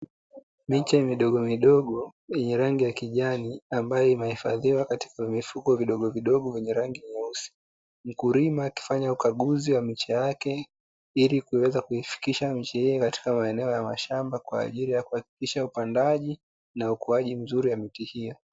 Miche midogomidogo yenye rangi ya kijani, ambayo imehifadhiwa katika vimifuko vidogovidogo vyenye rangi nyeusi, mkulima akifanya ukaguzi wa miche yake ili kuweza kuifikisha miche hii katika maeneo ya mashamba kwa ajili ya kuhakikisha upandaji na ukuaji mzuri wa miti hiyo.